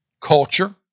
culture